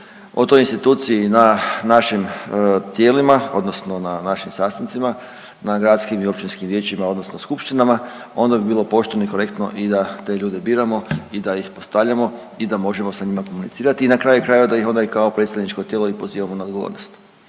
o toj instituciji na našim tijelima, odnosno na našim sastancima, na gradskim i općinskim vijećima, odnosno skupštinama, onda bi bilo pošteno i korektno i da te ljude biramo i da ih postavljamo i da možemo sa njima komunicirati i na kraju krajeva da ih onda i kao predstavničko tijelo pozivamo na odgovornost.